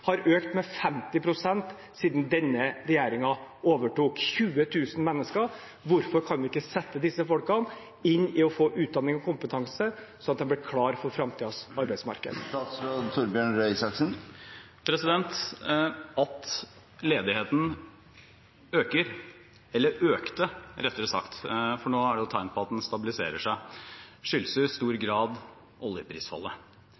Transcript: har økt med 50 pst. siden denne regjeringen overtok – 20 000 mennesker. Hvorfor kan man ikke sette disse folkene inn i å få utdanning og kompetanse, sånn at de blir klar for framtidens arbeidsmarked? At ledigheten øker – eller økte, rettere sagt, for nå er det jo tegn på at den stabiliserer seg – skyldes i stor